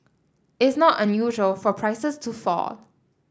it's not unusual for prices to fall